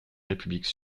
république